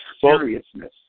seriousness